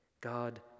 God